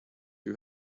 who